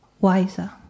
wiser